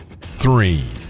three